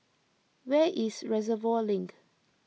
where is Reservoir Link